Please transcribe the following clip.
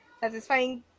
Satisfying